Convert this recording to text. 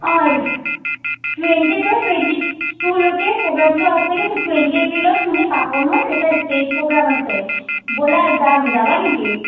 অঁ টুৱেণ্টিপৰা টুৱেণ্টি টুলৈকে প্ৰগ্ৰামটো আছে কিন্তু টুৱেণ্টি এপ্ৰিলত মানে পাপনৰ এটা ষ্টেজ প্ৰগ্ৰাম আছে ব'লা যাম যাবা নেকি